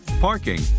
parking